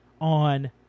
on